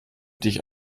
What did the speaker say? dich